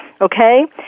okay